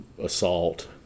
assault